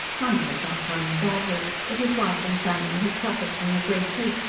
money had not come in badly but his wife and family had suffered from the great heat,